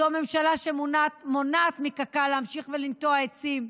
זו ממשלה שמונעת מקק"ל להמשיך לנטוע עצים.